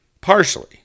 partially